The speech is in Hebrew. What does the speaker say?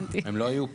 הם לא היו פה.